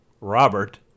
Robert